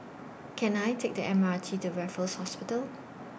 Can I Take The M R T to Raffles Hospital